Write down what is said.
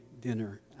dinner